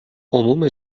عموم